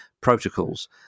protocols